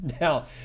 Now